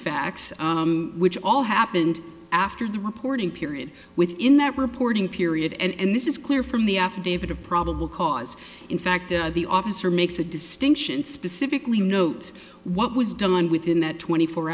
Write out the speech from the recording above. facts which all happened after the reporting period within that reporting period and this is clear from the affidavit of probable cause in fact the officer makes a distinction specifically notes what was done within that twenty four